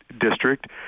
district